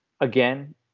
again